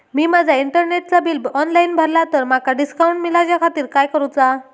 मी माजा इंटरनेटचा bill online भरला तर माका डिस्काउंट मिलाच्या खातीर काय करुचा?